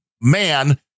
man